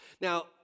Now